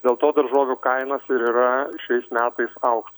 dėl to daržovių kainos ir yra šiais metais aukšt